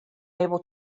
able